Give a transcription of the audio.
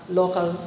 local